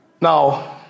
Now